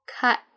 cut